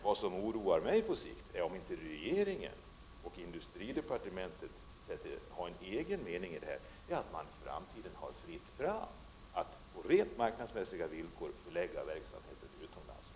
Vad som oroar mig i detta är att om regeringen och industridepartementet inte har en egen uppfattning i dessa frågor kan man inom industrin i framtiden få fritt fram att på rent marknadsmässiga grunder förlägga verksamheten utomlands.